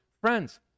Friends